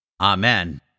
Amen